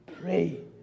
pray